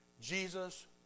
Jesus